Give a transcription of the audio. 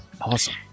Awesome